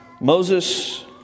Moses